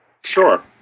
Sure